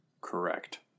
Correct